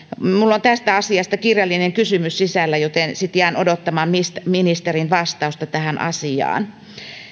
minulla on tästä asiasta kirjallinen kysymys sisällä joten sitten jään odottamaan ministerin vastausta tähän asiaan